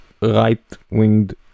right-winged